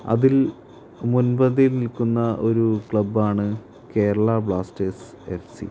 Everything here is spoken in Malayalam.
അതിൽ മുൻപന്തിയിൽ നിൽക്കുന്ന ഒരു ക്ലബാണ് കേരള ബ്ലാസ്റ്റേർസ് എഫ് സി